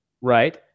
Right